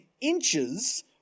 inches